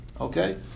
okay